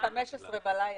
-- ב-15 בלילה.